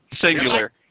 Singular